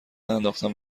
ننداختم